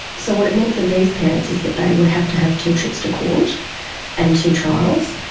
so what it meant for these parents is that they would have to have two trips to court and two trials.